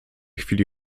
chwili